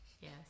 Yes